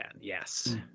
yes